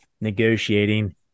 negotiating